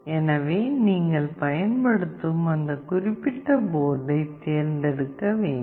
எனவே நீங்கள் பயன்படுத்தும் அந்த குறிப்பிட்ட போர்டைத் தேர்ந்தெடுக்க வேண்டும்